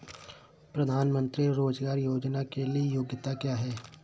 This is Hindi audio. प्रधानमंत्री रोज़गार योजना के लिए योग्यता क्या है?